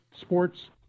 sports